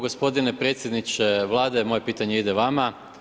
Gospodine predsjedniče Vlade moje pitanje ide vama.